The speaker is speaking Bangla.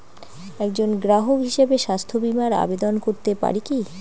একজন গ্রাহক হিসাবে স্বাস্থ্য বিমার আবেদন করতে পারি কি?